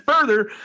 further